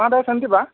महोदय सन्ति वा